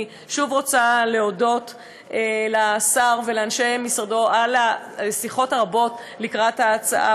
ואני שוב רוצה להודות לשר ולאנשי משרדו על השיחות הרבות לקראת ההצעה,